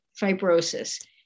fibrosis